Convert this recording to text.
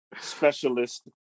specialist